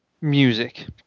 music